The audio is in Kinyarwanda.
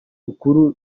rukuru